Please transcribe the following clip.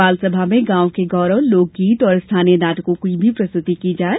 बाल सभा में गाँव के गौरव लोक गीत और स्थानीय नाटकों की भी प्रस्तुति की जाये